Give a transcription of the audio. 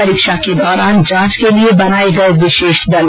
परीक्षा के दौरान जांच के लिए बनाये गये विशेष दल